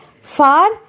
far